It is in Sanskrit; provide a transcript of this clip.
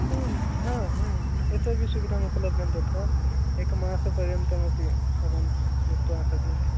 यतो हि सुविधामुपलब्धं तत्र एकमासपर्यन्तम् अपि भवान् मित्रा शक्नुवन्ति